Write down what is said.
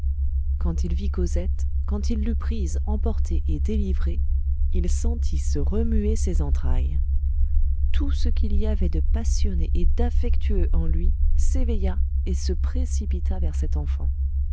quand il vit cosette quand il l'eut prise emportée et délivrée il sentit se remuer ses entrailles tout ce qu'il y avait de passionné et d'affectueux en lui s'éveilla et se précipita vers cet enfant